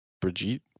Brigitte